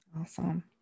Awesome